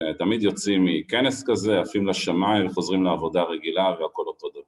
תמיד יוצאים מכנס כזה, עפים לשמיים, חוזרים לעבודה רגילה והכל אותו דבר.